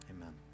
amen